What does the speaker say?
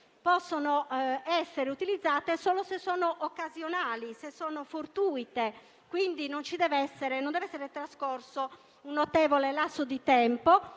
possono essere utilizzate solo se occasionali, fortuite; quindi, non deve essere trascorso un notevole lasso di tempo,